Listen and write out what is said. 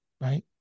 Right